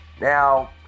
Now